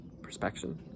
Perspection